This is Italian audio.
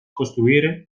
costruire